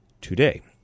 today